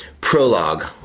prologue